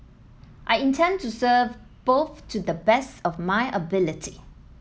I intend to serve both to the best of my ability